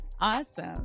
awesome